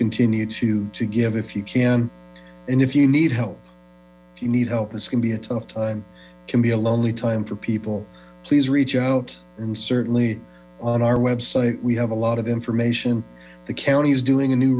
continue to give if you can and if you need help if you need help this can be a tough time can be a lonely time for people please reach out and certainly on our web site we have a lot of information the county is doing a new